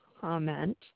comment